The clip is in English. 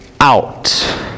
out